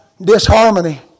disharmony